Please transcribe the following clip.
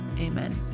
amen